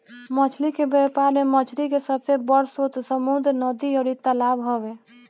मछली के व्यापार में मछरी के सबसे बड़ स्रोत समुंद्र, नदी अउरी तालाब हवे